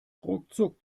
ruckzuck